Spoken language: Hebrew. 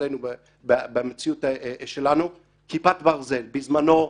אצלנו במציאות השלנו: כיפת ברזל בזמנו,